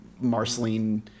Marceline